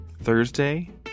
Thursday